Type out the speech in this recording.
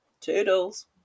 toodles